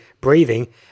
breathing